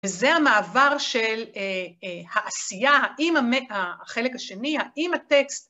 וזה המעבר של העשייה, אם החלק השני, האם הטקסט